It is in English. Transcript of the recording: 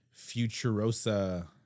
Futurosa-